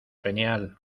genial